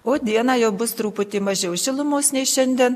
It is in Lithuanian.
o dieną jau bus truputį mažiau šilumos nei šiandien